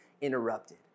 interrupted